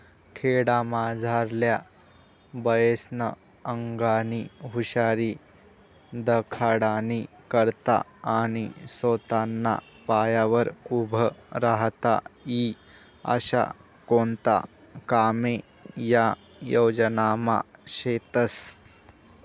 खेडामझारल्या बायास्ना आंगनी हुशारी दखाडानी करता आणि सोताना पायावर उभं राहता ई आशा कोणता कामे या योजनामा शेतस